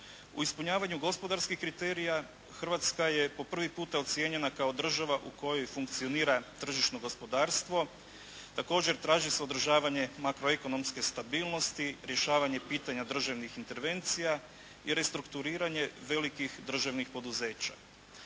U ispunjavanju gospodarskih kriterija Hrvatska je po prvi puta ocijenjena kao država u kojoj funkcionira tržišno gospodarstvo. Također traži se održavanje makroekonomske stabilnosti, rješavanje pitanja državnih intervencija i restrukturiranje velikih državnih poduzeća.